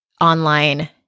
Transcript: online